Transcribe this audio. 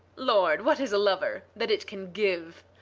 lord, what is a lover, that it can give?